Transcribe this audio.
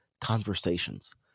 conversations